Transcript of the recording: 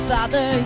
Father